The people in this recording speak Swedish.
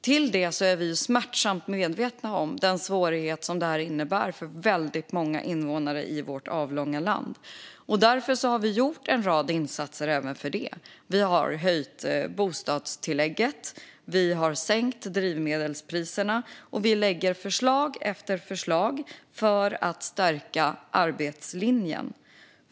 Till det är vi smärtsamt medvetna om den svårighet som detta innebär för väldigt många invånare i vårt avlånga land. Därför har vi gjort en rad insatser på grund av det. Vi har höjt bostadstillägget. Vi har sänkt drivmedelspriserna. Och vi lägger fram förslag efter förslag för att stärka arbetslinjen.